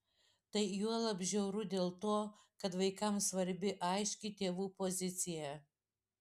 tai juolab žiauru dėl to kad vaikams svarbi aiški tėvų pozicija